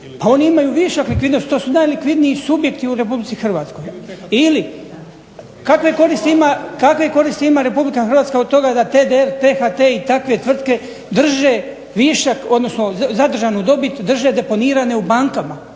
A oni imaju višak likvidnosti, to su najlikvidniji subjekti u Republici Hrvatskoj. Ili, kakve koristi ima Republika Hrvatska od toga da … /Govornik se ne razumije./… T-HT i takve tvrtke drže višak odnosno zadržanu dobit drže deponirane u bankama.